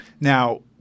Now